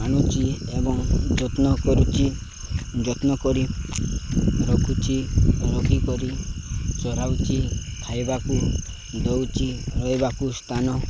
ଆଣୁଛି ଏବଂ ଯତ୍ନ କରୁଛି ଯତ୍ନ କରି ରଖୁଛି ରଖିକରି ଚରାଉଛି ଖାଇବାକୁ ଦେଉଛି ରହିବାକୁ ସ୍ଥାନ